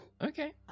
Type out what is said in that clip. Okay